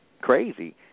crazy